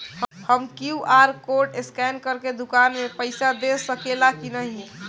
हम QR code scan करके दुकान में पईसा दे सकेला की नाहीं?